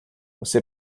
você